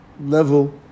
level